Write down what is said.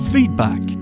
Feedback